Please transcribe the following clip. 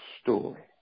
story